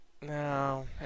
No